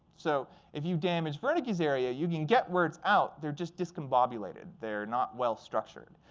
so if you damage wernicke's area, you can get words out. they're just discombobulated. they're not well-structured.